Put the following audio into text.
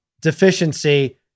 deficiency